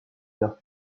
vers